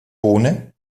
wohne